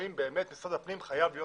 האם באמת משרד הפנים צריך להיות